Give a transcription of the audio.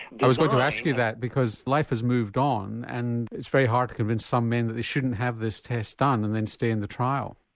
was going to ask you that because life has moved on and it's very hard to convince some men that they shouldn't have this test done and then stay in the trial?